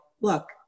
look